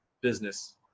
business